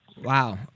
wow